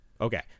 Okay